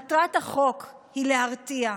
מטרת החוק היא להרתיע,